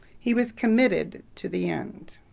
he was committed to the end.